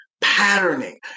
patterning